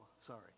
Sorry